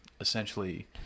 essentially